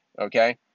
Okay